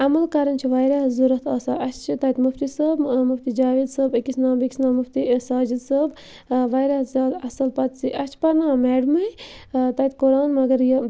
عمل کَرٕنۍ چھِ واریاہ ضوٚرَتھ آسان اَسہِ چھِ تَتہِ مُفتی صٲب مُفتی جاوید صٲب أکِس ناو بیٚکِس ناو مُفتی ساجِد صٲب واریاہ زیادٕ اَصٕل پَتہٕ سہٕ اَسہِ چھِ پرنان میڈمٕے تَتہِ قرآن مگر یہِ